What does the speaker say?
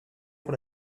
pour